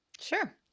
Sure